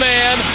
Man